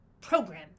program